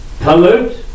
pollute